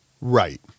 Right